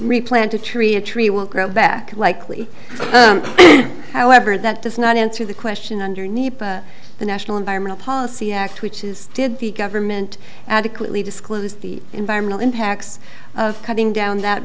replant a tree a tree will grow back likely however that does not answer the question underneath the national environmental policy act which is did the government adequately disclose the environmental impacts of cutting down that